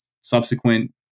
subsequent